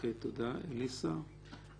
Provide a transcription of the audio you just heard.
אז